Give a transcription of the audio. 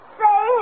say